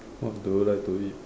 what do you like to eat